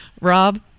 Rob